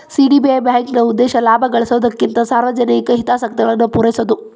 CDB ಬ್ಯಾಂಕ್ನ ಉದ್ದೇಶ ಲಾಭ ಗಳಿಸೊದಕ್ಕಿಂತ ಸಾರ್ವಜನಿಕ ಹಿತಾಸಕ್ತಿಗಳನ್ನ ಪೂರೈಸೊದು